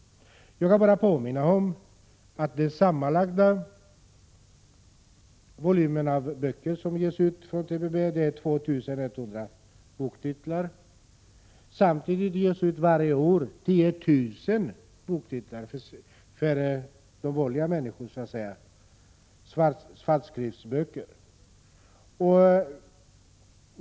Jag vill bara påminna om att det sammanlagda antalet boktitlar som ges ut från TPB är 2 100. Samtidigt ges varje år 10 000 boktitlar ut i svartskrift.